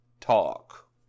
talk